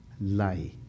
lie